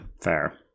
Fair